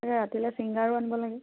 এই ৰাতিলৈ ছিংগাৰো আনিব লাগে